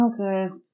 Okay